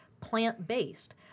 plant-based